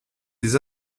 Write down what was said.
des